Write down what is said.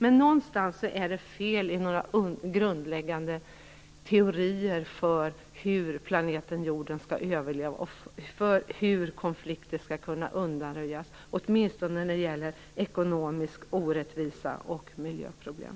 Men någonstans är det fel i några grundläggande teorier för hur planeten jorden skall överleva och för hur konflikter skall kunna undanröjas, åtminstone när det gäller ekonomisk orättvisa och miljöproblem.